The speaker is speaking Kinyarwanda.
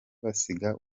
basiga